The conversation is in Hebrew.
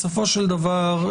בסופו של דבר,